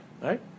right